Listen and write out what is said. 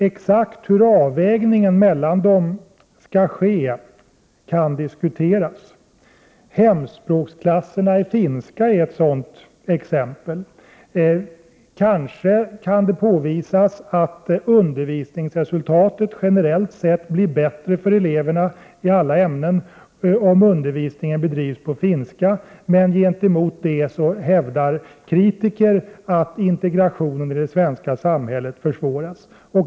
Exakt hur avvägningen mellan dem skall göras kan diskuteras. Hemspråksklasserna i finska är ett sådant exempel. Kanske kan det påvisas att undervisningsresultatet generellt sett blir bättre för eleverna i alla ämnen om undervisningen bedrivs på finska, men gentemot det hävdar kritiker att integrationen i det svenska samhället försvåras.